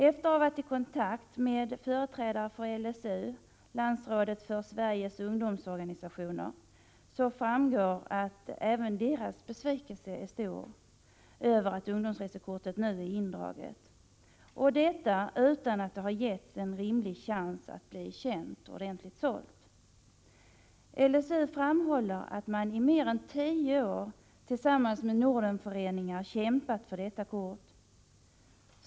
Efter att ha varit i kontakt med företrädare för LSU, Landsrådet för Sveriges ungdomsorganisationer, har jag erfarit att även dess besvikelse är stor över att ungdomsresekortet nu är indraget, och detta utan att det har getts en rimlig chans att bli känt och ordentligt sålt. LSU framhåller att man i mer än tio år tillsammans med Nordenföreningar har kämpat för detta kort.